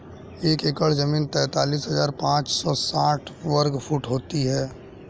एक एकड़ जमीन तैंतालीस हजार पांच सौ साठ वर्ग फुट होती है